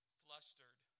flustered